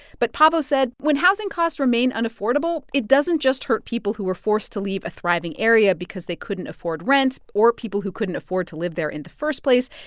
but paavo said when housing costs remain unaffordable, it doesn't just hurt people who are forced to leave a thriving area because they couldn't afford rent or people who couldn't afford to live there in the first place.